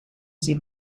sie